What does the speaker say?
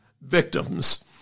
victims